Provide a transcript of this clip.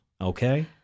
okay